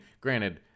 granted